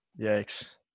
Yikes